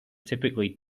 typically